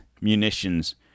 munitions